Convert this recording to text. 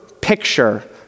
picture